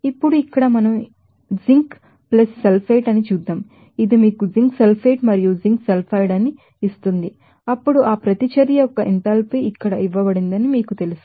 ఇప్పుడు ఇక్కడ మనం ఇప్పుడు జింక్ సల్ఫేట్ అని చేద్దాం ఇది మీకు జింక్ సల్ఫేట్ మరియు జింక్ సల్ఫైడ్ ని ఇస్తుంది అప్పుడు ఆ ప్రతిచర్య యొక్క ఎంథాల్పీ ఇక్కడ ఇవ్వబడిందని మీకు తెలుసు